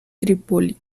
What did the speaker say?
trípoli